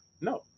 No